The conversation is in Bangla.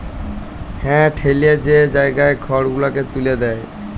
হাঁ ঠ্যালে যে জায়গায় খড় গুলালকে ত্যুলে দেয়